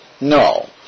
No